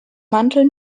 mantel